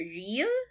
real